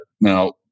now